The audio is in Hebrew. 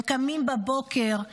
הם קמים בבוקר,